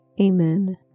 Amen